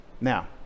Now